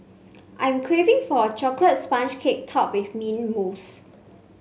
I'm craving for a chocolate sponge cake topped with mint mousse